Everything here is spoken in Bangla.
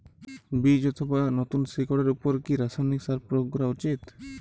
বীজ অথবা নতুন শিকড় এর উপর কি রাসায়ানিক সার প্রয়োগ করা উচিৎ?